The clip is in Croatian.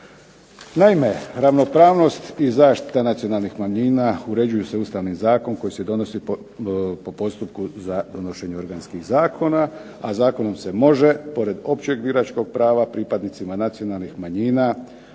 Naime, ravnopravnost i zaštita nacionalnih manjina uređuju se Ustavnim zakonom koji se donosi po postupku za donošenje organskih zakona, a zakonom se može pored općeg biračkog prava pripadnicima nacionalnih manjina